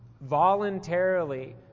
voluntarily